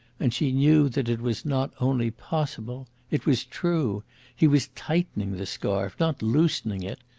and she knew that it was not only possible it was true he was tightening the scarf, not loosening it.